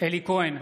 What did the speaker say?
אלי כהן,